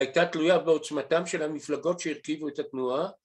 ‫הייתה תלויה בעוצמתם של המפלגות ‫שהרכיבו את התנועה.